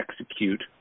execute